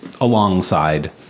alongside